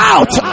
Out